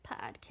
podcast